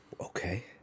Okay